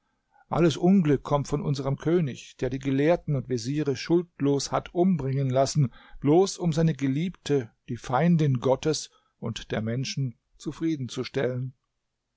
alles unglück kommt von unserem könig der die gelehrten und veziere schuldlos hat umbringen lassen bloß um seine geliebte die feindin gottes und der menschen